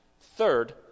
Third